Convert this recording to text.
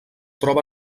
troba